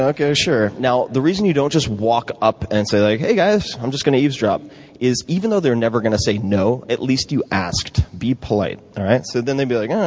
ah okay, sure. now, the reason you don't just walk up and say like hey, guys, i'm just going to eavesdrop is even though they're never going to say no, at least you asked. be polite, all right? so then they'd be like,